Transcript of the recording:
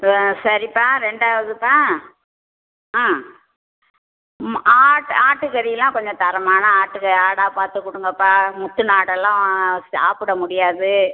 ஆ சரிப்பா ரெண்டாவுதுப்பா ஆ ம ஆட்டு ஆட்டு கறியெலாம் கொஞ்சம் தரமான ஆட்டு ஆடாக பார்த்து கொடுங்கப்பா முத்தின ஆடெல்லாம் சாப்பிட முடியாது